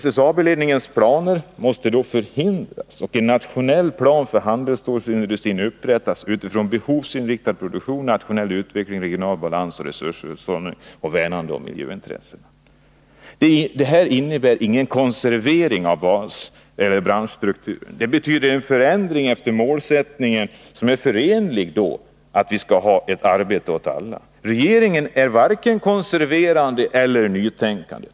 SSAB-ledningens planer måste förhindras och en nationell plan för handelsstålsindustrin upprättas utifrån behovsinriktad produktion, nationell utveckling, regional balans, resurshushållning och värnande om miljöintressen. Detta innebär ingen konservering av branschstrukturen. Det betyder en förändring efter målsättningar som är förenliga med idén om arbete åt alla. Regeringen är varken konserverande eller nytänkande.